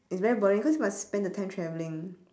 it's very boring cause you must spend the time travelling